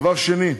דבר שני,